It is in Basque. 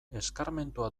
eskarmentua